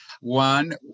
one